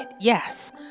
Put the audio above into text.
Yes